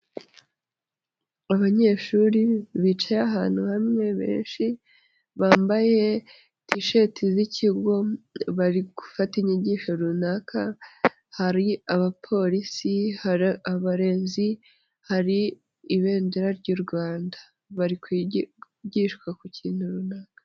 Abanyeshuri bicaye ahantu hamwe, benshi bambaye ti sheti z'ikigo, bari gufata inyigisho runaka, hari abapolisi, abarezi, hari ibendera ry'u Rwanda, bari kwigishwa ku kintu runaka.